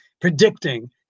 predicting